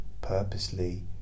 purposely